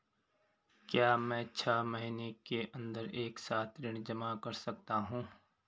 क्या मैं छः महीने के अन्दर एक साथ ऋण जमा कर सकता हूँ?